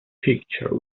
picture